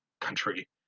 country